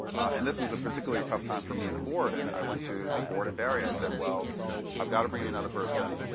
and this was a particularly tough time for me in the board, and i went to the board and barry. i said, i've gotta bring in another person,